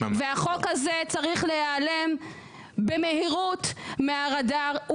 והחוק הזה צריך להיעלם במהירות מהרדאר.